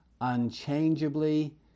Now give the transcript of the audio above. unchangeably